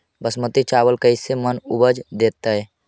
बासमती चावल कैसे मन उपज देतै?